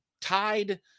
tied